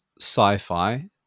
sci-fi